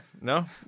no